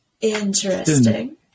interesting